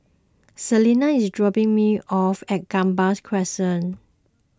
Selina is dropping me off at Gambas Crescent